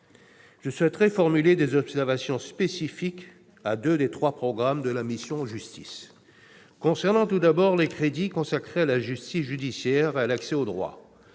Je formulerai maintenant des observations spécifiques sur deux des trois programmes de la mission « Justice ». Concernant tout d'abord les crédits consacrés à la justice judiciaire et à l'accès au droit,